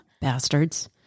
Bastards